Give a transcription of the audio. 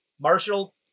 Marshall